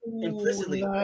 implicitly